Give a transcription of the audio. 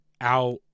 out